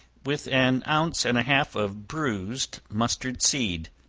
with an ounce and a half of bruised mustard seed,